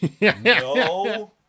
No